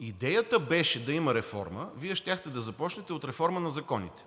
идеята беше да има реформа, Вие щяхте да започнете от реформа на законите.